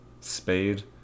spade